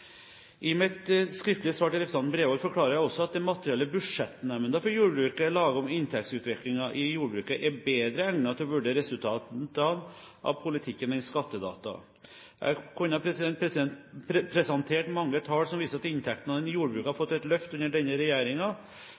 mitt skriftlige svar til representanten Bredvold forklarer jeg også at det materialet Budsjettnemnda for jordbruket lager om inntektsutviklingen i jordbruket, er bedre egnet til å vurdere resultatene av politikken enn skattedata. Jeg kunne presentert mange tall som viser at inntektene i jordbruket har fått et løft under denne